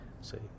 say